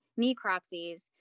necropsies